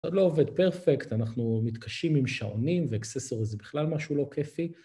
עוד לא עובד פרפקט, אנחנו מתקשים עם שעונים ואקססוריז בכלל משהו לא כיפי.